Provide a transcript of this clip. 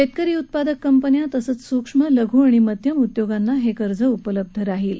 शेतकरी उत्पादक कंपन्या तसंच सूक्ष्म लघु आणि मध्यम उद्योगांना हे कर्ज उपलब्ध असेल